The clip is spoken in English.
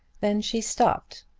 then she stopped,